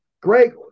Greg